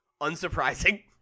unsurprising